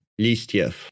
Listiev